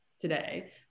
today